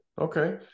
Okay